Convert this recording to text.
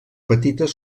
petites